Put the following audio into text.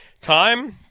time